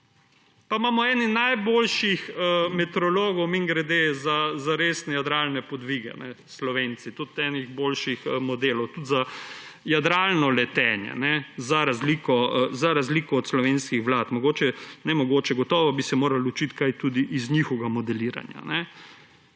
Pa imamo Slovenci ene najboljših meteorologov, mimogrede, za resne jadralne podvige, tudi boljših modelov, tudi za jadralno letenje, za razliko od slovenskih vlad. Mogoče – ne mogoče, gotovo bi se morali učiti kaj tudi iz njihovega modeliranja.